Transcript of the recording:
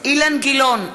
אילן גילאון,